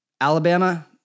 Alabama